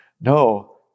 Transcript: No